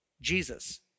Jesus